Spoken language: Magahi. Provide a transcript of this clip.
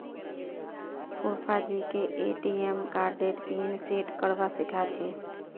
फूफाजीके ए.टी.एम कार्डेर पिन सेट करवा सीखा छि